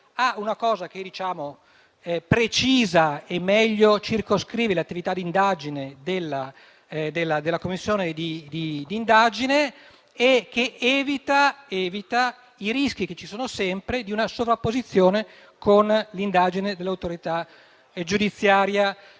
a circoscrivere in modo migliore l'attività di indagine della Commissione di inchiesta e che evita i rischi, che ci sono sempre, di una sovrapposizione con l'indagine dell'autorità giudiziaria.